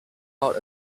out